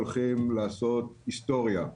הולכים לעשות היסטוריה.